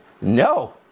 No